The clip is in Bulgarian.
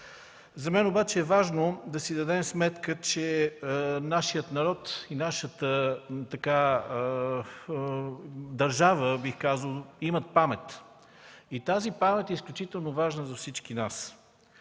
За мен обаче е важно да си дадем сметка, че нашият народ и нашата държава имат памет. И тази памет е изключително важна за всички нас.